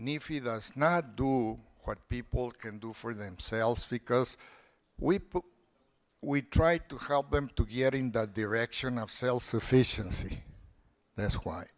need feed us not do what people can do for themselves because we put we try to help them to getting the direction of self sufficiency that's why